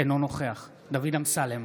אינו נוכח דוד אמסלם,